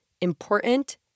important